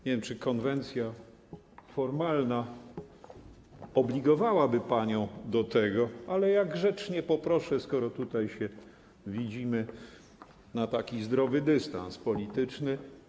Nie wiem, czy konwencja formalna obligowałaby panią do tego, ale ja grzecznie poproszę, skoro tutaj się widzimy na taki zdrowy dystans polityczny.